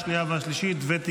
22